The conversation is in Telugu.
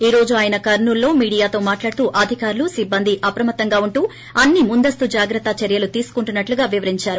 ఈ రోజు ఆయన కర్పూలులో మీడియాతో మాట్లాడుతూ అధికారులు సిబ్బంది అప్రమత్తంగా ఉంటూ అన్ని ముందు జాగ్రత్త చర్యలు తీసుకుంటున్సట్టు వివరించారు